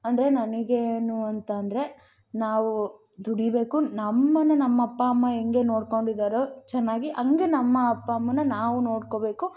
ಅಂದರೆ ನನಗೇನು ಅಂತಂದರೆ ನಾವು ದುಡೀಬೇಕು ನಮ್ಮನ್ನ ನಮ್ಮ ಅಪ್ಪ ಅಮ್ಮ ಹೆಂಗೆ ನೋಡ್ಕೊಂಡಿದ್ದಾರೋ ಚೆನ್ನಾಗಿ ಹಂಗೆ ನಮ್ಮ ಅಪ್ಪ ಅಮ್ಮನ್ನ ನಾವು ನೋಡ್ಕೋಬೇಕು